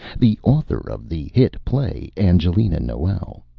the author of the hit play angelina noel.